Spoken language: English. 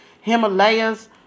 Himalayas